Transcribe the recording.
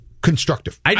constructive